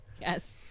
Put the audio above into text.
Yes